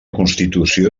constitució